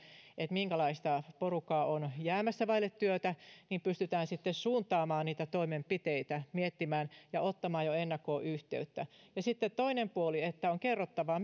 minkälaista porukkaa on jäämässä vaille työtä ja pystytään sitten suuntamaan niitä toimenpiteitä miettimään ja ottamaan jo ennakkoon yhteyttä sitten toinen puoli on että on kerrottava